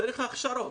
צריך הכשרות.